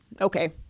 Okay